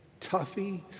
Tuffy